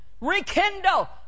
Rekindle